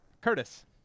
Curtis